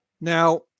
now